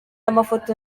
amafoto